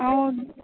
आं